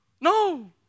No